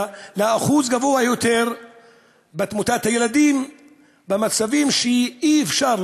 לאחוז גבוה יותר של תמותת ילדים במצבים שאי-אפשר,